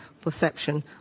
perception